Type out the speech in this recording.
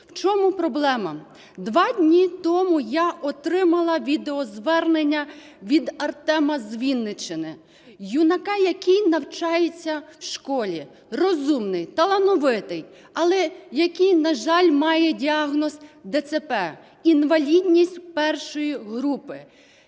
В чому проблема? Два дні тому я отримала відеозвернення від Артема з Вінниччини, юнака, який навчається в школі, розумний, талановитий, але який, на жаль, має діагноз ДЦП, інвалідність І групи.